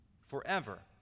forever